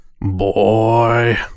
Boy